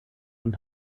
und